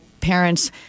parents